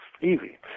easy